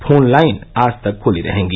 phone line आज तक खुली रहेगी